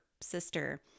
sister